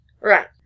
Right